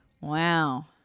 Wow